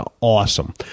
awesome